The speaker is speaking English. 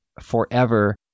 forever